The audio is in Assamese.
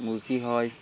মুৰ্গী হয়